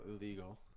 illegal